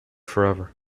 forever